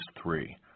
three